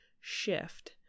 shift